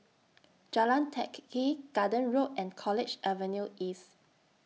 Jalan Teck Kee Garden Road and College Avenue East